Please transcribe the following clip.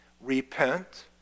Repent